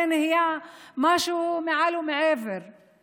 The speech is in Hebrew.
זה נהיה משהו מעל ומעבר,